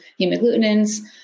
hemagglutinins